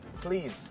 please